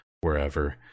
wherever